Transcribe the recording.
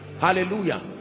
hallelujah